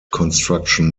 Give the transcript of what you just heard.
construction